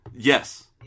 Yes